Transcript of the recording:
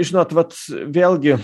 žinot vat vėlgi